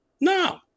no